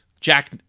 Jack